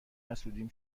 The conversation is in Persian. حسودیم